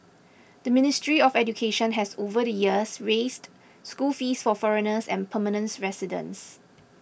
the Ministry of Education has over the years raised school fees for foreigners and permanent residents